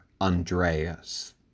Andreas